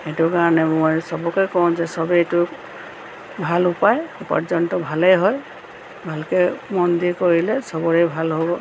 সেইটো কাৰণে মই চবকে কওঁ যে চবে এইটো ভাল উপায় পৰ্যন্ত ভালেই হয় ভালকৈ মন দি কৰিলে চবৰে ভাল হ'ব